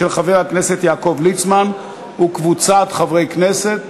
של חבר הכנסת יעקב ליצמן וקבוצת חברי הכנסת.